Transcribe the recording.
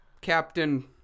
Captain